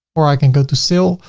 or i can go to sale,